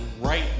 right